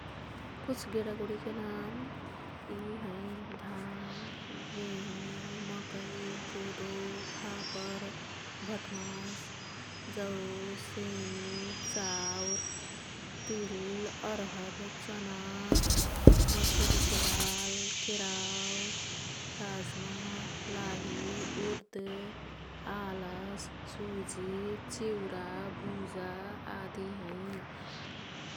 कुछ गेडागुडीके नाम यी हैं। धान, गेंहुँ, मकै, कोदो, फापर, जौ, सेमी, चाउर, तिल, अरहर, चना, मसुरी के दाल, केराउ, राज्मा, लाही, उर्द, आलस, सुजी, चिउरा, भुजा आदि हैं।